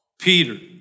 Peter